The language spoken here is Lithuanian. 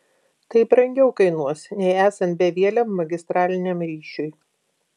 tai brangiau kainuos nei esant bevieliam magistraliniam ryšiui